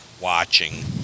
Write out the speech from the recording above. watching